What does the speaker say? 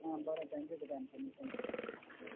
आं बोरें तुका इनफोर्मेशनाक